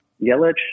Yelich